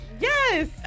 Yes